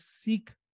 seek